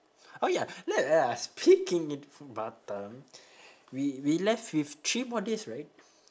oh ya speaking it for batam we we left with three more days right